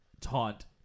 taunt